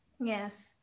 Yes